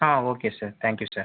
ah okay sir thank you sir